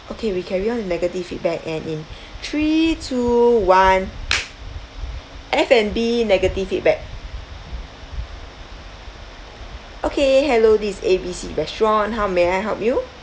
okay we carry on with negative feedback and in three two one F&B negative feedback okay hello this is A B C restaurant how may I help you